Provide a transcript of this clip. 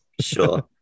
sure